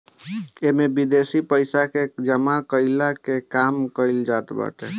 इमे विदेशी पइसा के जमा कईला के काम कईल जात बाटे